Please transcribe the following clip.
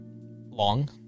long